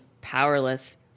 powerless